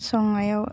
संनायाव